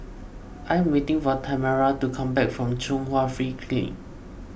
I am waiting for Tamera to come back from Chung Hwa Free Clinic